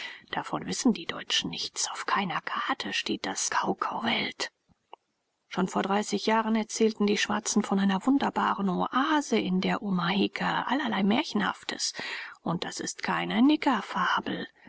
davon wissen die deutschen nichts auf keiner karte steht das kaukauveld schon vor dreißig jahren erzählten die schwarzen von einer wunderbaren oase in der omaheke allerlei märchenhaftes und das ist keine